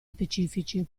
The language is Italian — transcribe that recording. specifici